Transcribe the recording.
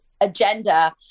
agenda